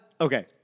Okay